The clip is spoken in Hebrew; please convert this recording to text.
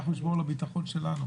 אנחנו נשמור על חשבון הביטחון שלנו.